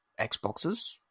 Xboxes